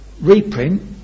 reprint